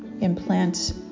implant